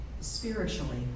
spiritually